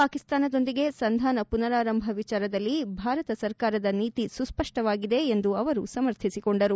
ಪಾಕಿಸ್ತಾನದೊಂದಿಗೆ ಸಂಧಾನ ಪುನರಾರಂಭ ವಿಚಾರದಲ್ಲಿ ಭಾರತ ಸರ್ಕಾರದ ನೀತಿ ಸುಸ್ಪಷ್ಟವಾಗಿದೆ ಎಂದು ಅವರು ಸಮರ್ಥಿಸಿಕೊಂಡರು